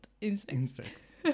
insects